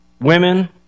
Women